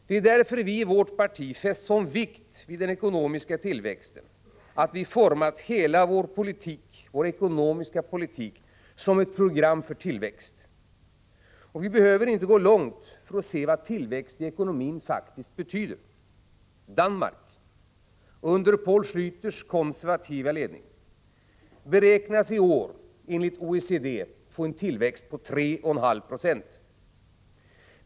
Det är därför vi i vårt parti har fäst sådan vikt vid den ekonomiska tillväxten att vi format hela vår ekonomiska politik som ett program för tillväxt. Vi behöver inte gå långt för att se vad tillväxten i ekonomin faktiskt betyder. Danmark under Poul Schläters konservativa ledning beräknas i år enligt OECD få en tillväxt på 3,5 920.